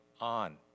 on